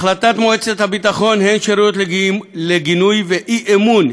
החלטות מועצת הביטחון הן שראויות לגינוי ואי-אמון.